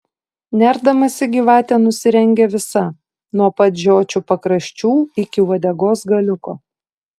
nerdamasi gyvatė nusirengia visa nuo pat žiočių pakraščių iki uodegos galiuko